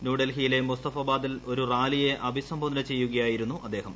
ന്യൂഡൽഹിയിലെ മുസ്തഫബാദിൽ ഒരു റാലിയെ അഭിസംബോധന ചെയ്യുകയായിരുന്നു അദ്ദേഹം